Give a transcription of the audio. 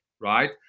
right